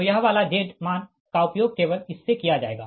तो यह वाला Z मान का उपयोग केवल इससे किया जाएगा